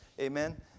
amen